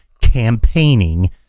campaigning